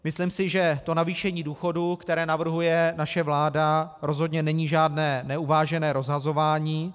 Myslím si, že navýšení důchodů, které navrhuje naše vláda, rozhodně není žádné neuvážené rozhazování.